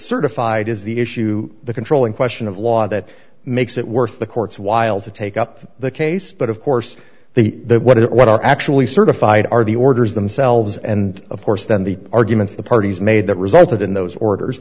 certified is the issue the controlling question of law that makes it worth the court's while to take up the case but of course the that what it what are actually certified are the orders themselves and of course then the arguments the parties made that resulted in those orders